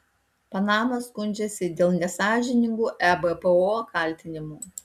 panama skundžiasi dėl nesąžiningų ebpo kaltinimų